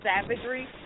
savagery